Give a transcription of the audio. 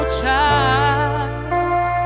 child